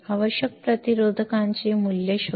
आवश्यक प्रतिरोधकांची मूल्ये शोधा